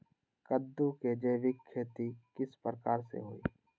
कददु के जैविक खेती किस प्रकार से होई?